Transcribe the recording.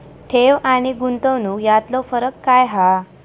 ठेव आनी गुंतवणूक यातलो फरक काय हा?